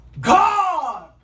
God